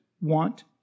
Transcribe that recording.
want